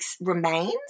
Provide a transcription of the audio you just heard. remains